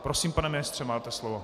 Prosím, pane ministře, máte slovo.